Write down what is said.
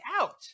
out